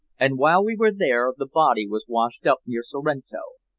and while we were there the body was washed up near sorrento.